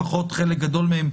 לפחות חלק גדול מהם,